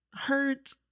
hurt